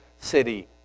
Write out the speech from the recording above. city